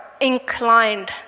inclined